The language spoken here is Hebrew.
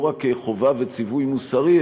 לא רק חובה וציווי מוסרי,